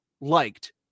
liked